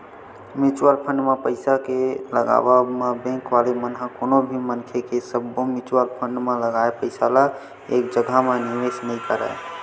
mutual fund म पइसा के लगावब म बेंक वाले मन ह कोनो भी मनखे के सब्बो म्युचुअल फंड म लगाए पइसा ल एक जघा म निवेस नइ करय